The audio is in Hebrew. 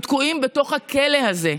הם תקועים בתוך הכלא הזה,